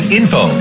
info